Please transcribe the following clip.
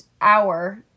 hour